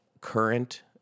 current